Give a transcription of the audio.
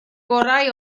gorau